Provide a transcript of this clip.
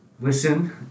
listen